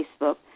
Facebook